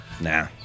Nah